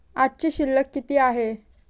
आजची शिल्लक किती आहे?